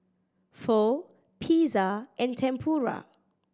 Pho Pizza and Tempura